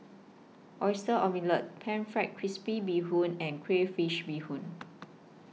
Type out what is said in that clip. Oyster Omelette Pan Fried Crispy Bee Hoon and Crayfish Beehoon